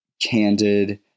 candid